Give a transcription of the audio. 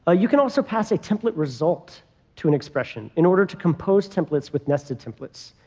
ah you can also pass a template result to an expression in order to compose templates with nested templates.